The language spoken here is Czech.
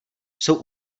jsou